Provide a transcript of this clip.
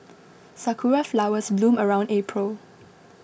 sakura flowers bloom around April